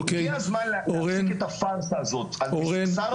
הגיע הזמן להפסיק את הפרסה הזאת --- אורן